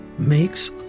makes